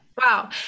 wow